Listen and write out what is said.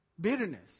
bitterness